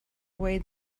away